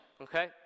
okay